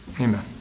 Amen